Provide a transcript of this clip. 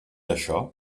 això